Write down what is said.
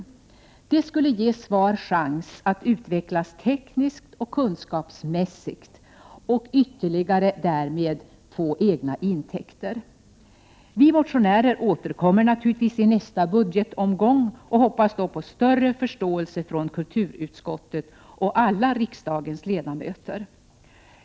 Det skulle ge SVAR chans att utvecklas tekniskt och kunskapsmässigt och därmed få ytterligare egna intäkter. Vi motionärer återkommer naturligtvis i nästa budgetomgång och hoppas då på större förståelse från kulturutskottet och alla riksdagens ledamöter.